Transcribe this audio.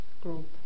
group